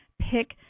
pick